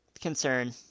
concern